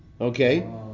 Okay